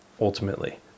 ultimately